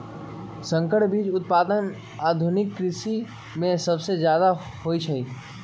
संकर बीज उत्पादन आधुनिक कृषि में सबसे जादे होई छई